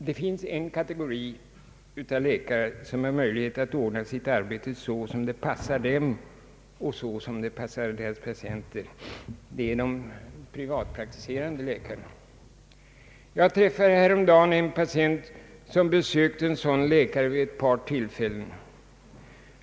Det finns en kategori av läkare som har möjligheter att ordna sitt arbete så att det passar dem och deras patienter, nämligen de privatpraktiserande. Jag träffade häromdagen en patient som hade besökt en sådan läkare vid ett par tillfällen.